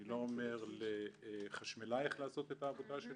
אני לא אומר לחשמלאי איך לעשות את עבודתו.